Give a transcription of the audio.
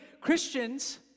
Christians